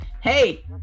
hey